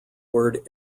word